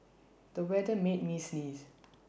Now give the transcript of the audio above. the weather made me sneeze